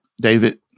David